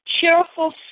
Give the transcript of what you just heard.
Cheerful